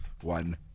One